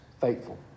faithful